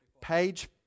Page